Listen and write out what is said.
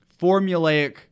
formulaic